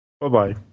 Bye-bye